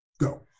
go